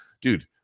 dude